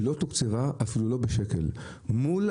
היא לא